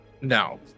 No